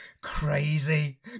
Crazy